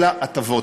אלא הטבות.